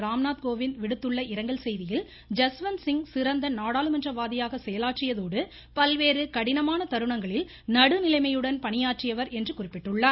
ராம்நாத் கோவிந்த் விடுத்துள்ள இரங்கல் செய்தியில் ஜஸ்வந்த் சிங் சிறந்த நாடாளுமன்ற வாதியாக செயலாற்றியதோடு பல்வேறு கடினமான தருணங்களில் நடுநிலைமையுடன் பணியாற்றியவர் என்று குறிப்பிட்டுள்ளார்